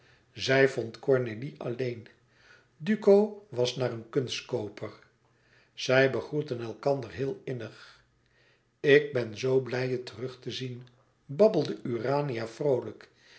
zij vond cornélie alleen duco was naar een kunstkooper zij begroetten elkander heel innig ik ben zoo blij je terug te zien babbelde urania vroolijk